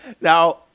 Now